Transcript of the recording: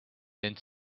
then